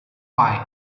find